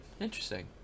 Interesting